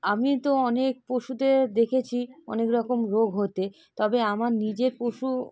আমি তো অনেক পশুতে দেখেছি অনেক রকম রোগ হতে তবে আমার নিজের পশু